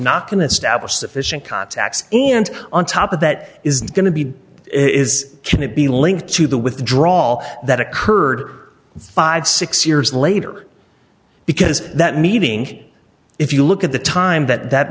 not going to establish sufficient contacts and on top of that is going to be is can it be linked to the withdraw that occurred fifty six years later because that meeting if you look at the time that that